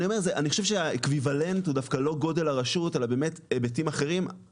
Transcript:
אני חושב שהאקוויוולנט הוא דווקא לא גודל הרשות אלא באמת היבטים אחרים,